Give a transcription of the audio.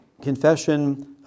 confession